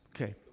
Okay